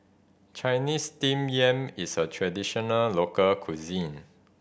Chinese Steamed Yam is a traditional local cuisine